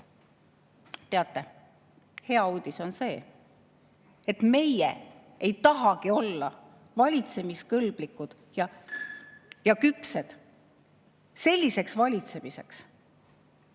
Teate, hea uudis on see, et meie ei tahagi olla valitsemiskõlblikud ja küpsed selliseks valitsemiseks.